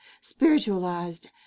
SPIRITUALIZED